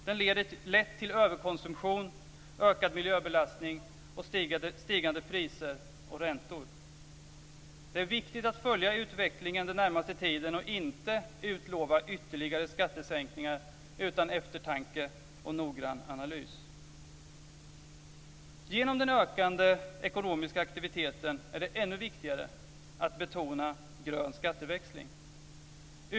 Den leder lätt till överkonsumtion, ökad miljöbelastning och stigande priser och räntor. Det är viktigt att följa utvecklingen den närmaste tiden och inte utlova ytterligare skattesänkningar utan eftertanke och noggrann analys. Den ökande ekonomiska aktiviteten leder till att det blir ännu viktigare att betona grön skatteväxling.